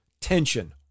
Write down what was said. tension